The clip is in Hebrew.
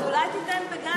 אז אולי תיתן בגן,